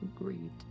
Agreed